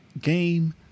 game